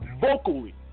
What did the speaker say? vocally